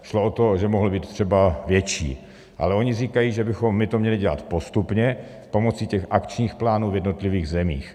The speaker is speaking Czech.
Šlo o to, že mohl být třeba větší, ale oni říkají, že my bychom to měli dělat postupně pomocí akčních plánů v jednotlivých zemích.